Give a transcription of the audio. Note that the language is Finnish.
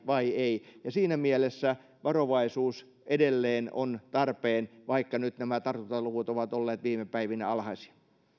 vai ei siinä mielessä varovaisuus edelleen on tarpeen vaikka nyt nämä tartuntaluvut ovat olleet viime päivinä alhaisia